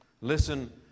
Listen